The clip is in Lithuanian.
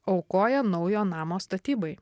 aukoja naujo namo statybai